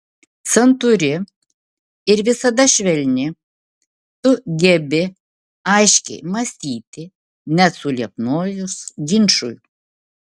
santūri ir visada švelni tu gebi aiškiai mąstyti net suliepsnojus ginčui